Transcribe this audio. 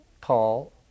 Paul